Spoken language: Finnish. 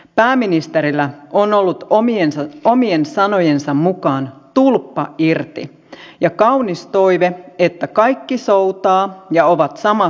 pääministerillä on ollut omien sanojensa mukaan tulppa irti ja kaunis toive että kaikki soutavat ja ovat samassa veneessä